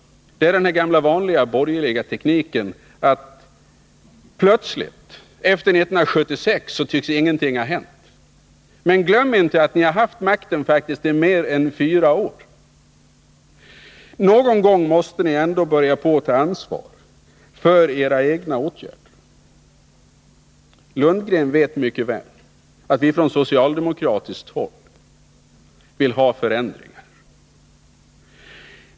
Det är den gamla vanliga borgerliga tekniken att plötsligt, efter 1976, låtsas som om ingenting skulle ha hänt. Men glöm inte att ni faktiskt har haft makten i mer än fyra år. Någon gång måste ni ändå börja ta ansvar för era egna åtgärder. Bo Lundgren vet mycket väl att vi på socialdemokratiskt håll vill ha förändringar.